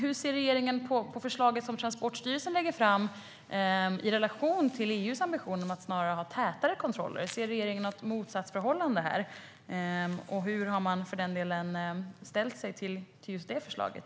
Hur ser regeringen på förslaget som Transportstyrelsen lägger fram i relation till EU:s ambition att snarare ha tätare kontroller? Ser regeringen något motsatsförhållande här, och hur har man i så fall ställt sig till förslaget?